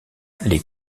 les